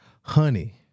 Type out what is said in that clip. Honey